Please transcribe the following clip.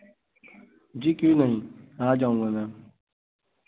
जी क्यों नहीं आ जाऊँगा मैम